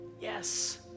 yes